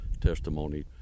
testimony